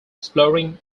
exploring